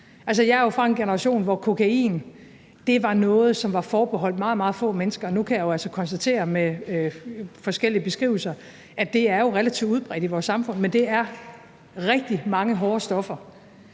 jeg er jo fra en generation, hvor kokain var noget, som var forbeholdt meget, meget få mennesker, og nu kan jeg altså konstatere ud fra forskellige beskrivelser, at det er relativt udbredt i vores samfund. Men det er rigtig mange hårde stoffer.